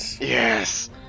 Yes